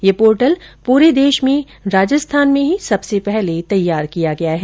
यह पोर्टल पूरे देष में राजस्थान में ही सबसे पहले तैयार किया गया है